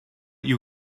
you